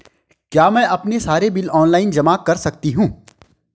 क्या मैं अपने सारे बिल ऑनलाइन जमा कर सकती हूँ?